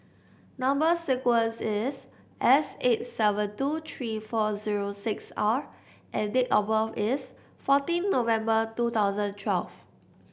number sequence is S eight seven two three four zero six R and date of birth is fourteen November two thousand twelve